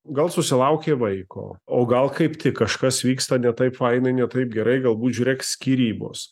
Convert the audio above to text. gal susilaukė vaiko o gal kaip tik kažkas vyksta ne taip fainai ne taip gerai galbūt žiūrėk skyrybos